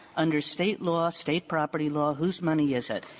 under state law, state property law, whose money is it?